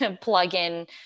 plug-in